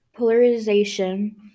polarization